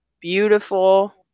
Beautiful